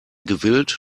gewillt